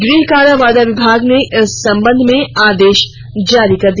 गृह कारा वादा विभाग ने इस संबंध में आदेश भी जारी कर दिया